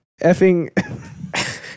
Effing